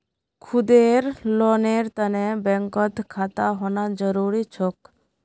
खुदेर लोनेर तने बैंकत खाता होना जरूरी छोक